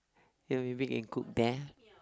you know you mean can cook there